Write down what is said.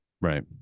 Right